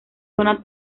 zona